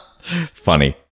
Funny